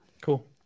Cool